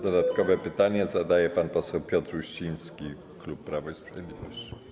Dodatkowe pytanie zadaje pan poseł Piotr Uściński, klub Prawo i Sprawiedliwość.